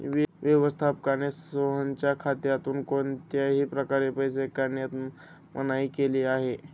व्यवस्थापकाने सोहनच्या खात्यातून कोणत्याही प्रकारे पैसे काढण्यास मनाई केली आहे